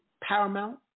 Paramount